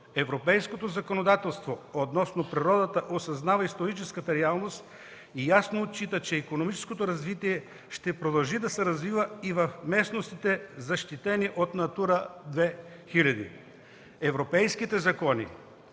Европейското законодателство относно природата осъзнава историческата реалност и ясно отчита, че икономическото развитие ще продължи да се развива и в местностите, защитени от „Натура 2000”. Европейските закони